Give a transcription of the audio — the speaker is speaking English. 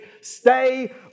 Stay